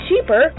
cheaper